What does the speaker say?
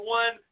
one